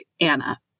Anna